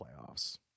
playoffs